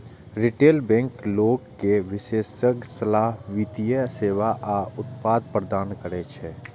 retail bank लोग कें विशेषज्ञ सलाह, वित्तीय सेवा आ उत्पाद प्रदान करै छै